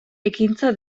ekintza